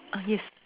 ah yes